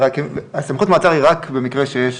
הסמכות מעצר היא רק במקרה שיש